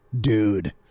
dude